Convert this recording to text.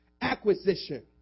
acquisition